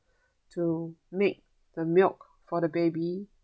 to make the milk for the baby